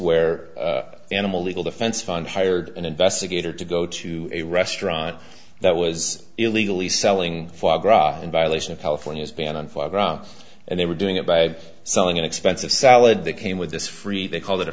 where animal legal defense fund hired an investigator to go to a restaurant that was illegally selling in violation of california's ban on fox and they were doing it by selling an expensive salad that came with this free they called it a